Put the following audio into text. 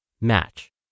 match